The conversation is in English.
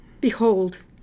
Behold